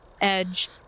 edge